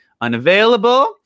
unavailable